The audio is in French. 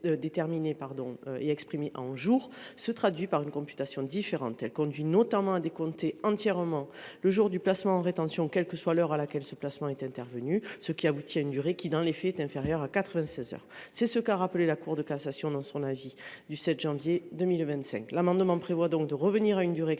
déterminée exprimée en jours se traduit par une computation différente. Elle conduit notamment à décompter entièrement le jour du placement en rétention, quelle que soit l’heure à laquelle ce placement est intervenu, ce qui aboutit à une durée qui, dans les faits, est inférieure à 96 heures. C’est ce qu’a rappelé la Cour de cassation dans son avis du 7 janvier 2025. L’amendement vise donc à prévoir une durée exprimée